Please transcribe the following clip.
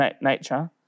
nature